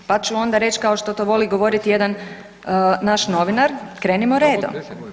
Pa ću onda reći kao što to voli govorit jedan naš novinar, krenimo redom.